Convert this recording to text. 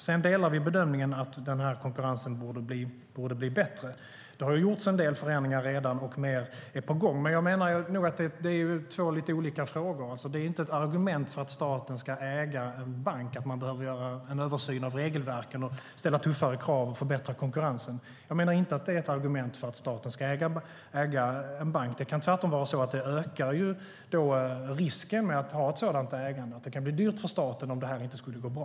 Sedan delar vi bedömningen att den här konkurrensen borde bli bättre. Det har gjorts en del förändringar redan, och mer är på gång, men jag menar nog att det är två olika frågor. Att man behöver göra en översyn av regelverken, ställa tuffare krav och förbättra konkurrensen är inte ett argument för att staten ska äga en bank. Det kan tvärtom vara så att ett sådant ägande ökar risken, och det kan bli dyrt för staten om det här inte skulle gå bra.